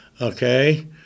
Okay